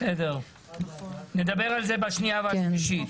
בסדר, נדבר על זה בשנייה והשלישית.